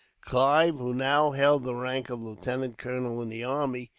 clive, who now held the rank of lieutenant colonel in the army,